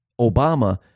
Obama